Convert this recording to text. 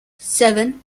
seven